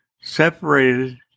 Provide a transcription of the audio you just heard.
separated